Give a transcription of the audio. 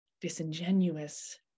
disingenuous